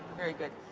very good.